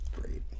great